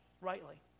rightly